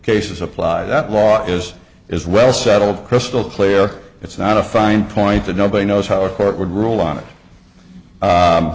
cases apply that law is is well settled crystal clear it's not a fine point that nobody knows how a court would rule on it